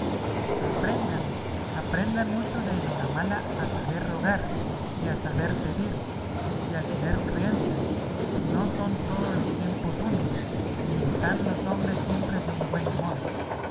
aprendan aprendan mucho de enhoramala a saber rogar y a saber pedir y a tener crianza que no son todos los tiempos unos ni están los hombres siempre de un buen humor